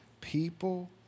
People